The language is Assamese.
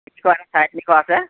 তিনিশ আৰু চাৰে তিনিশ আছে